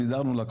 סידרנו לה,